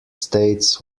states